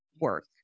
work